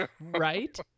right